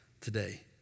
today